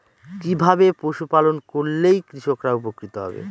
কিভাবে পশু পালন করলেই কৃষকরা উপকৃত হবে?